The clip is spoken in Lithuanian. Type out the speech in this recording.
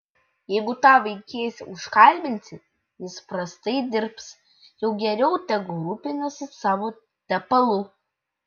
jeigu tą vaikėzą užkalbinsi jis prastai dirbs jau geriau tegu rūpinasi savo tepalu